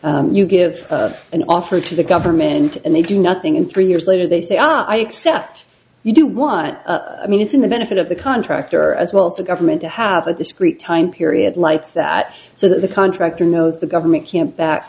wouldn't you give an offer to the government and they do nothing and three years later they say ah i accept you do what i mean it's in the benefit of the contractor as well as the government to have a discrete time period like that so that the contractor knows the government can't